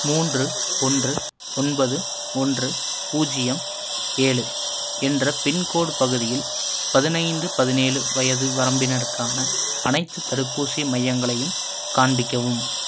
மூன்று ஒன்று ஒன்பது ஒன்று பூஜ்ஜியம் ஏழு என்ற பின்கோடு பகுதியில் பதினைந்து பதினேழு வயது வரம்பினருக்கான அனைத்துத் தடுப்பூசி மையங்களையும் காண்பிக்கவும்